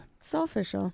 Selfish